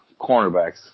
cornerbacks